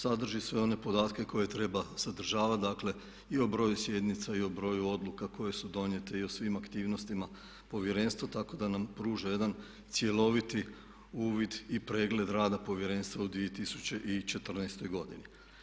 Sadrži sve one podatke koje treba sadržavati, dakle i o broju sjednica i o broju odluka koje su donijete i o svim aktivnostima Povjerenstva, tako da nam pruža jedan cjeloviti uvid i pregled rada Povjerenstva u 2014. godini.